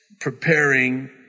preparing